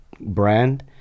brand